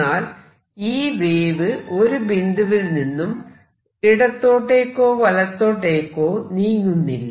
എന്നാൽ ഈ വേവ് ഒരു ബിന്ദുവിൽ നിന്നും ഇടത്തോട്ടേക്കോ വലത്തോട്ടേക്കോ നീങ്ങുന്നില്ല